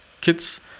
kids